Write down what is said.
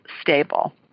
stable